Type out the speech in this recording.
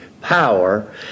power